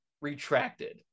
retracted